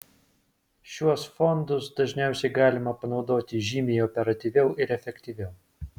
šiuos fondus dažniausiai galima panaudoti žymiai operatyviau ir efektyviau